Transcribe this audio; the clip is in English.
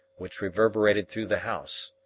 which reverberated through the house.